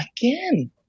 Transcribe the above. again